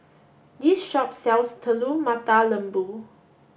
this shop sells Telur Mata Lembu